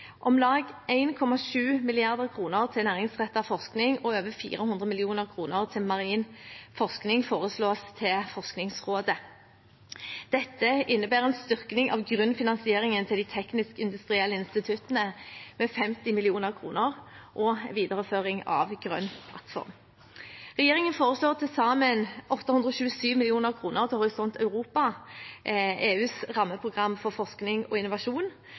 Om lag 1,7 mrd. kr til næringsrettet forskning og over 400 mill. kr til marin forskning foreslås til Forskningsrådet. Dette innebærer en styrking av grunnfinansieringen til de teknisk-industrielle instituttene med 50 mill. kr og videreføring av Grønn plattform. Regjeringen foreslår til sammen 827 mill. kr til Horisont Europa, EUs rammeprogram for forskning og innovasjon.